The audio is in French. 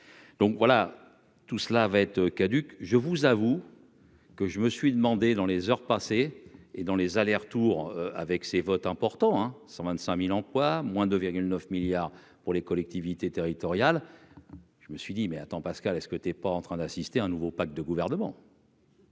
donc voilà, tout cela va être caduque, je vous avoue que je me suis demandé dans les heures passées et dans les allers-retours avec ses votes importants hein 125000 emplois, moins de 9 milliards pour les collectivités territoriales, je me suis dit : mais, attends, Pascal, est ce que tu es pas en train d'assister à un nouveau pacte de gouvernement.